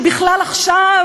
הוא נדהם שבכלל עכשיו,